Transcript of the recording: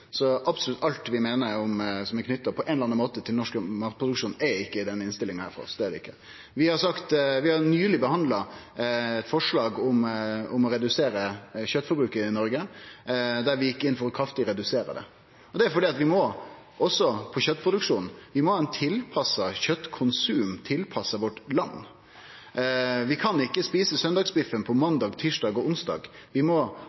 så absolutt alt vi meiner som på ein eller annan måte er knytt til den norske matproduksjonen, er ikkje i denne innstillinga. Vi har nyleg behandla eit forslag om å redusere kjøtforbruket i Noreg, der vi gjekk inn for å redusere det kraftig. Det er fordi vi må, også når det gjeld kjøtproduksjonen, ha eit tilpassa kjøtkonsum, tilpassa vårt land. Vi kan ikkje ete søndagsbiffen på måndag, tysdag og onsdag. Vi må